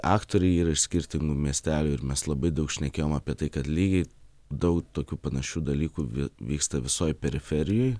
aktoriai yra iš skirtingų miestelių ir mes labai daug šnekėjom apie tai kad lygiai daug tokių panašių dalykų vyksta visoj periferijoj